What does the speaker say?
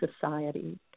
society